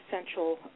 essential